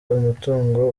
umutungo